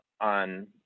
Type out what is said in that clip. on